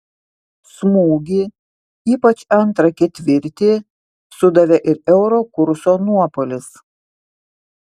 smūgį ypač antrą ketvirtį sudavė ir euro kurso nuopuolis